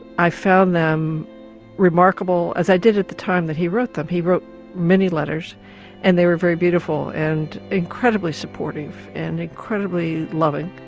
i found them remarkable, as i did at the time when he wrote them. he wrote many letters and they were very beautiful and incredibly supportive and incredibly loving,